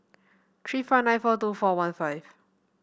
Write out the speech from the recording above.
three five nine four two four one five